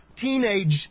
teenage